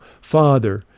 Father